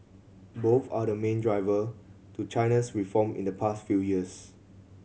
both are the main driver to China's reform in the past few years